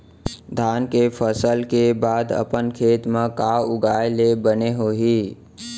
धान के फसल के बाद अपन खेत मा का उगाए ले बने होही?